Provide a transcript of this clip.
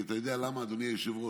כי אתה יודע למה, אדוני היושב-ראש?